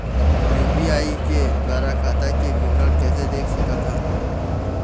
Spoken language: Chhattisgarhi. यू.पी.आई के द्वारा खाता के विवरण कैसे देख सकत हन?